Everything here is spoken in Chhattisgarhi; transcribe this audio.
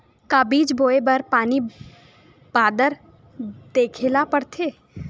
का बीज बोय बर पानी बादल देखेला पड़थे?